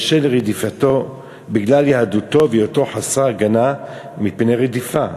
בשל רדיפתו בגלל יהדותו והיותו חסר הגנה מפני רדיפה.